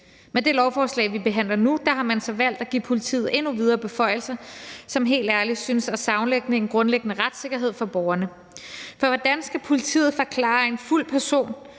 Med det lovforslag, vi behandler nu, har man så valgt at give politiet endnu videre beføjelser, som helt ærligt synes at savne en grundlæggende retssikkerhed for borgerne. For hvordan skal politiet forklare fulde personer,